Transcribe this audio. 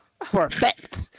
Perfect